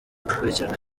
gukurikirana